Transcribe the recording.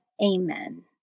Amen